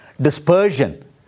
dispersion